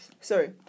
sorry